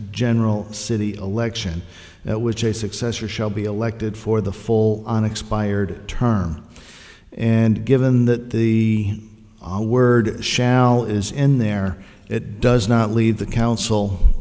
general city election at which a successor shall be elected for the full on expired term and given that the word shall is in there it does not leave the council